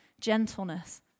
gentleness